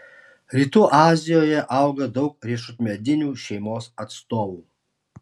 rytų azijoje auga daug riešutmedinių šeimos atstovų